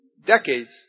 decades